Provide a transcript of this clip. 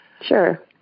Sure